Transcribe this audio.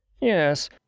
Yes